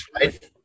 right